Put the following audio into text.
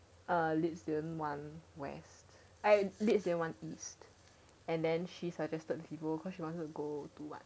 um lyd didn't want where eh lyd didn't want and then she suggested to go cause she wanted to go what